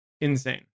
insane